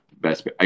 best